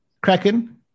Kraken